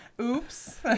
Oops